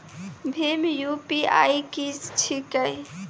भीम UPI की छीके?